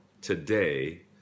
today